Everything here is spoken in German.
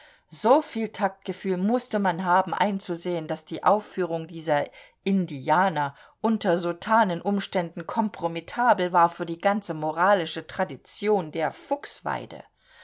soviel taktgefühl mußte man haben einzusehen daß die aufführung dieser indianer unter sotanen umständen kompromittabel war für die ganze moralische tradition der fuchsweide